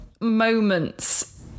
moments